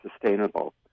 sustainable